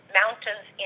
mountains